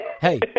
hey